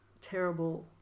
terrible